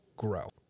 Grow